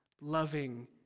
loving